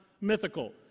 mythical